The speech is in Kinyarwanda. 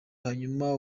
hanyuma